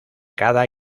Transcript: cada